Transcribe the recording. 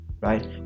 right